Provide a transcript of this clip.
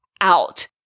out